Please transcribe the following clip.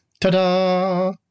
Ta-da